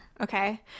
okay